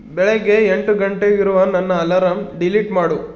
ಬೆಳಗ್ಗೆ ಎಂಟು ಗಂಟೆಗಿರುವ ನನ್ನ ಅಲರಾಮ್ ಡಿಲೀಟ್ ಮಾಡು